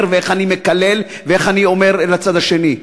ואיך אני מקלל ואיך אני אומר לצד השני.